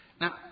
Now